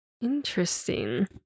interesting